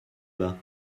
bas